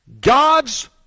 God's